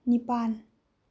ꯅꯤꯄꯥꯜ